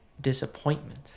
disappointment